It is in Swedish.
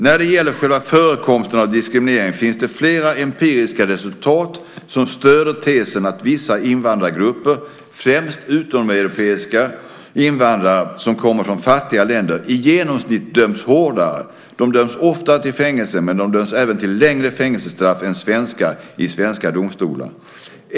"När det gäller själva förekomsten av diskriminering finns det flera empiriska resultat som stöder tesen att vissa invandrargrupper i genomsnitt döms hårdare än svenskar i de svenska domstolarna.